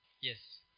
Yes